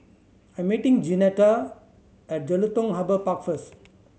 I'm meeting Jeanetta at Jelutung Harbour Park first